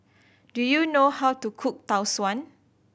do you know how to cook Tau Suan